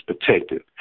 protected